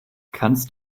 kannst